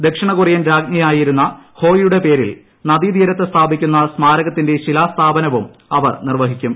ദക്ഷിണകൊറിയൻ രാജ്ഞിയായിരുന്ന ഹൊ യുടെ പേരിൽ നദീതീരത്ത് സഥാപിക്കുന്ന സ്മാരകത്തിന്റെ ശിലാസ്ഥാപനവും അവർ നിർവ്വഹിക്കും